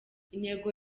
intego